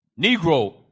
Negro